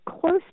close